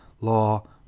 law